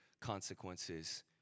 consequences